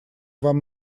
вам